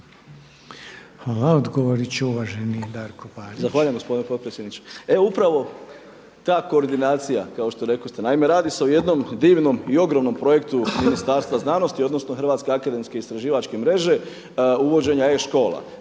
Darko Parić. **Parić, Darko (SDP)** Zahvaljujem gospodine potpredsjedniče. Evo upravo ta koordinacija kao što rekoste, naime radi se o jednom divnom i ogromnom projektu Ministarstva znanosti odnosno Hrvatske akademske istraživačke mreže uvođenja e-škola